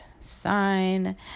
sign